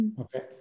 Okay